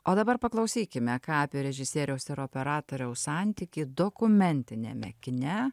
o dabar paklausykime ką apie režisieriaus ir operatoriaus santykį dokumentiniame kine